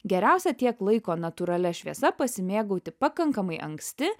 geriausia tiek laiko natūralia šviesa pasimėgauti pakankamai anksti